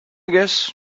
guess